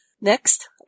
Next